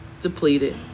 depleted